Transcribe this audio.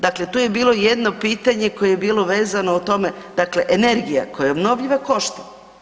Dakle to je bilo jedno pitanje koje je bilo vezano o tome, dakle energija koja je obnovljiva košta.